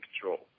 control